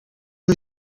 who